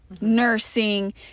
nursing